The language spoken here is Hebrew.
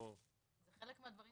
חלק מהדברים